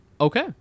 Okay